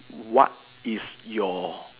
what if your